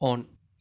on